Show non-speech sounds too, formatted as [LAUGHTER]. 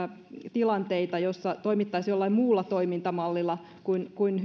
tilanteita joissa toimittaisiin jollain muulla toimintamallilla kuin kuin [UNINTELLIGIBLE]